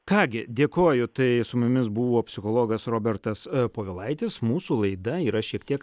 ką gi dėkoju tai su mumis buvo psichologas robertas povilaitis mūsų laida yra šiek tiek